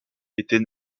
était